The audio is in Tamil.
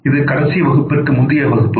இது கடைசி வகுப்பிற்கு முந்திய வகுப்பு